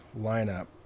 lineup